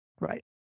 Right